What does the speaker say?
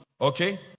okay